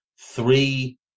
three